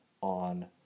on